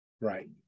Right